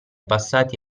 passati